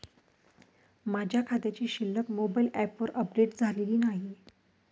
माझ्या खात्याची शिल्लक मोबाइल ॲपवर अपडेट झालेली नाही